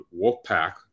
Wolfpack